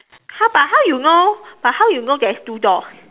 !huh! but how you know but how you know there is two door